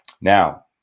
Now